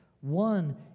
One